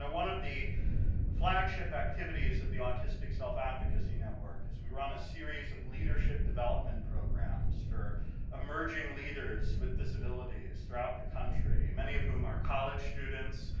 and one of the flagship activities of the autistic self-advocacy network is we run a series of leadership development programs for emerging leaders with disabilities throughout the country, many of whom are college students,